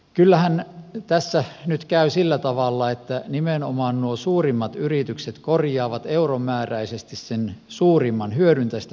kyllähän tässä nyt käy sillä tavalla että nimenomaan nuo suurimmat yritykset korjaavat euromääräisesti sen suurimman hyödyn tästä veronalennuksesta